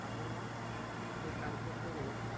ଆପଣ ସେ କାର୍ଯ୍ୟ କରିବା